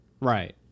right